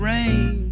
rain